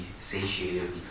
satiated